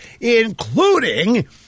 including